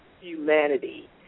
humanity